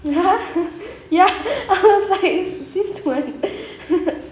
ya I was like sis what